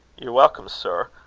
ye're welcome, sir.